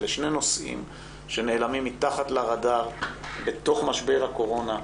אלה שני נושאים שנעלמים מתחת לרדאר בתוך משבר הקורונה,